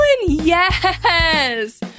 yes